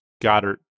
Goddard